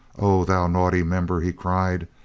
oh, thou naughty member! he cried.